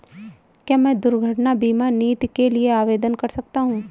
क्या मैं दुर्घटना बीमा नीति के लिए आवेदन कर सकता हूँ?